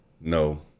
no